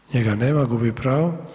Njega nema, gubi pravo.